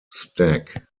stack